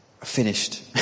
finished